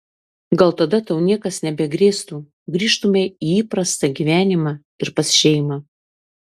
gal tada tau niekas nebegrėstų grįžtumei į įprastą gyvenimą ir pas šeimą